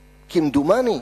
כמדומני,